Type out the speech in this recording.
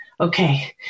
Okay